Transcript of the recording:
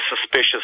suspicious